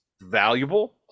valuable